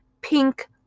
pink